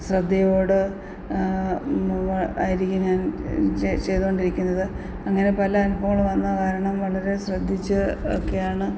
ശ്രദ്ധയോട് അരികെ ഞാൻ ചെയ്തുകൊണ്ടിരിക്കുന്നത് അങ്ങനെ പല അനുഭവങ്ങള് വന്നതു കാരണം വളരെ ശ്രദ്ധിച്ച് ഒക്കെയാണ്